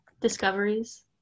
discoveries